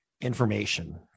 information